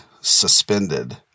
suspended